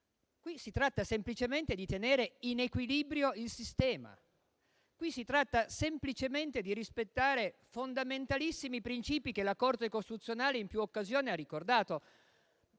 Si tratta semplicemente di tenere in equilibrio il sistema. Si tratta semplicemente di rispettare fondamentalissimi principi che la Corte costituzionale in più occasioni ha ricordato.